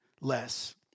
less